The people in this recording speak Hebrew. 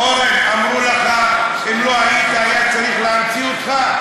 אורן, אמרו לך שאם לא היית היה צריך להמציא אותך?